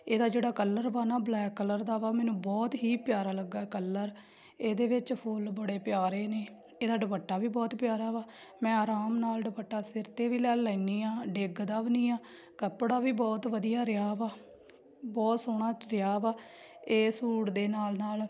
ਇਹਦਾ ਜਿਹੜਾ ਕਲਰ ਵਾ ਨਾ ਬਲੈਕ ਕਲਰ ਦਾ ਵਾ ਮੈਨੂੰ ਬਹੁਤ ਹੀ ਪਿਆਰਾ ਲੱਗਿਆ ਆ ਕਲਰ ਇਹਦੇ ਵਿੱਚ ਫੁੱਲ ਬੜੇ ਪਿਆਰੇ ਨੇ ਇਹਦਾ ਦੁਪੱਟਾ ਵੀ ਬਹੁਤ ਪਿਆਰਾ ਵਾ ਮੈਂ ਆਰਾਮ ਨਾਲ ਦੁਪੱਟਾ ਸਿਰ 'ਤੇ ਵੀ ਲੈ ਲੈਂਦੀ ਹਾਂ ਡਿੱਗਦਾ ਵੀ ਨਹੀਂ ਆ ਕੱਪੜਾ ਵੀ ਬਹੁਤ ਵਧੀਆ ਰਿਹਾ ਵਾ ਬਹੁਤ ਸੋਹਣਾ ਰਿਹਾ ਵਾ ਇਹ ਸੂਟ ਦੇ ਨਾਲ ਨਾਲ